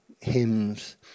hymns